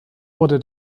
wurde